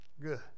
good